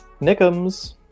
Nickums